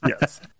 Yes